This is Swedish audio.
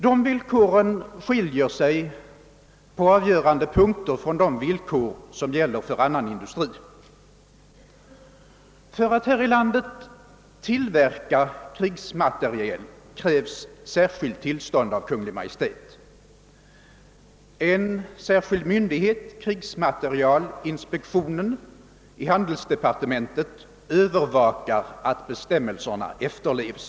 De villkoren skiljer sig på avgörande punkter från dem som gäller för annan industri. För att i Sverige få tillverka krigsmateriel krävs tillstånd av Kungl. Maj:t. En särskild myndighet, krigsmaterielinspektionen i handelsdepartementet, övervakar att bestämmelserna efterlevs.